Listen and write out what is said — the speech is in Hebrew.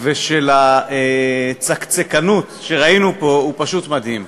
ושל הצקצקנות שראינו פה הוא פשוט מדהים.